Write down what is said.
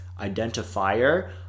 identifier